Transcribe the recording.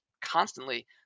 constantly